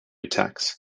attacks